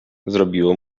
zrobiło